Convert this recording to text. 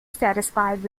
satisfied